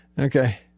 Okay